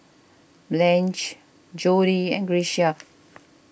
Blanche Jody and Grecia